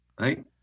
right